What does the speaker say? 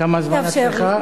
כמה זמן את צריכה?